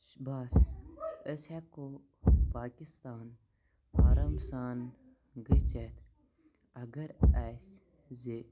بَس أسۍ ہیٚکو پاکِستان آرام سان گٔژھِتھ اَگَر اَسہِ زِ